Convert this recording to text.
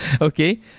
Okay